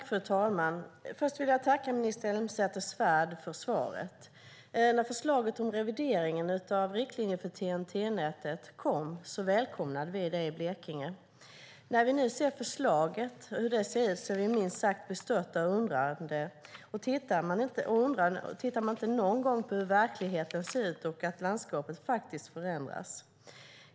Fru talman! Först vill jag tacka minister Elmsäter-Svärd för svaret. När förslaget om revideringen av riktlinjer för TEN-T-nätverket kom välkomnade vi det i Blekinge. När vi nu ser hur förslaget ser ut är vi minst sagt bestörta och undrande. Ser man inte hur verkligheten ser ut och att landskapet faktiskt förändras?